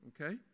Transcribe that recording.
okay